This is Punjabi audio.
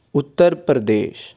ਉੱਤਰ ਪ੍ਰਦੇਸ਼